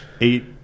eight